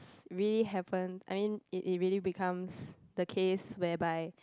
really happen I mean it it really becomes the case whereby